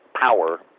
power